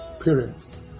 parents